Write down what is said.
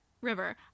River